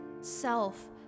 self